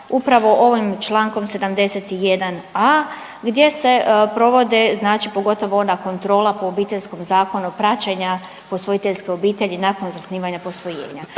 upravo ovim Člankom 71a. gdje se provode znači pogotovo ona kontrola po Obiteljskom zakonu praćenja posvojiteljske obitelji nakon zasnivanja posvojenja.